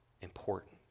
important